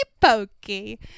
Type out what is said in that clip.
Pokey